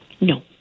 No